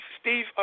Steve